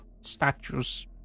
statues